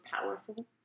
powerful